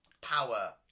power